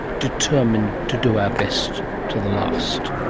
determined to do our best to the last.